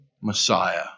Messiah